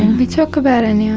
we talk about it and yeah